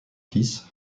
fils